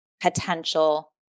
potential